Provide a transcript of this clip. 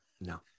No